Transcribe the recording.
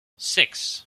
six